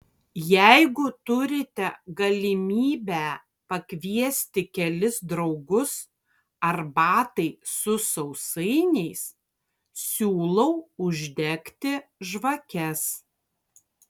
jeigu turite galimybę pakviesti kelis draugus arbatai su sausainiais siūlau uždegti žvakes